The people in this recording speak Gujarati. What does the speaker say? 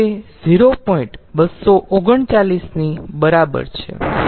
239 ની બરાબર છે